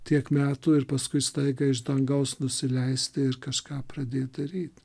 tiek metų ir paskui staiga iš dangaus nusileisti ir kažką pradėt daryt